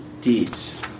deeds